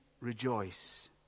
rejoice